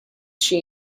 she